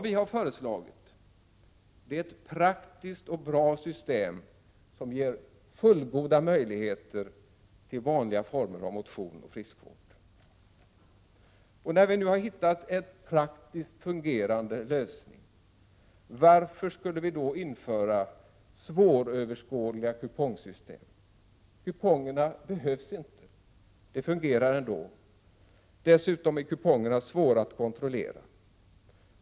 Vi har föreslagit ett praktiskt och bra system, som ger fullgoda möjligheter 103 till vanliga former av motion och friskvård. När vi nu hittat en praktiskt fungerande lösning, varför skulle vi då införa svåröverskådliga kupongsystem? Kupongerna behövs inte, det fungerar ändå. Dessutom är kupongerna svåra att kontrollera.